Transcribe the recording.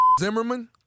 Zimmerman